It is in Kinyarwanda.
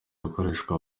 gukoreshwa